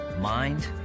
mind